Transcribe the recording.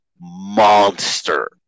monster